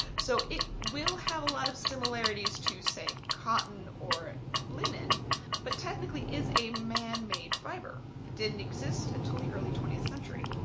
so it will have a lot of similarities to say cotton or linen but technically is a man-made fiber. it didn't exist until the early twentieth century.